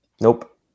Nope